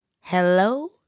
Hello